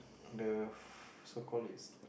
the so called is